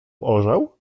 orzeł